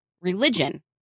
religion